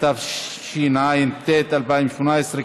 התשע"ט 2018,